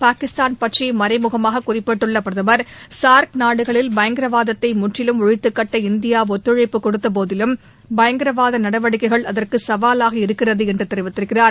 பாகிஸ்தான் பற்றி மறைமுகமாக குறிப்பிட்டுள்ள பிரதமர் சார்க் நாடுகளில் பயங்கரவாதத்தை முற்றிலும் ஒழித்துக்கட்ட இந்தியா இத்துழைப்பு கொடுத்தபோதிலும் பயங்கராவாத நடவடிக்கைகள் அஅந்கு சகவாலாக இருக்கிறது என்று கூறியிருக்கிறார்